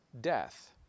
death